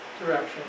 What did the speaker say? direction